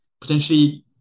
potentially